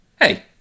hey